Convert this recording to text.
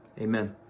Amen